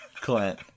Clint